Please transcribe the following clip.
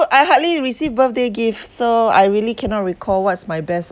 I hardly receive birthday gifts so I really cannot recall what's my best